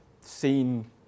seen